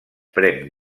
pren